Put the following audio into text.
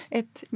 ett